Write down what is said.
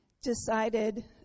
decided